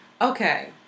Okay